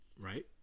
right